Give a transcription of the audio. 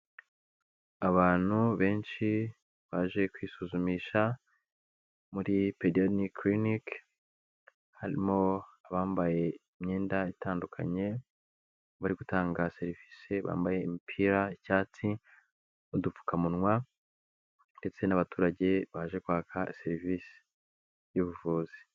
Abantu benshi baje kwisuzumisha, muri pediyoni clinic, harimo abambaye imyenda itandukanye bari gutanga serivisi bambaye imipira y'icyatsi n'udupfukamunwa, ndetse n'abaturage baje kwaka serivisi y'ubuvuzi.